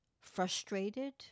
frustrated